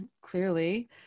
clearly